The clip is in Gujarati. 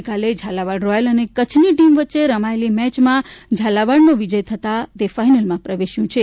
ગઇકાલે ઝાલાવાડ રોયલ અને કચ્છની ટીમ વચ્ચે રમાયેલી મેચમાં ઝાલાવાડનો વિજય થતાં તે ફાઈનલમાં પ્રવેશ્યું છે